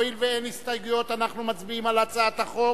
הואיל ואין הסתייגויות אנחנו מצביעים על הצעת החוק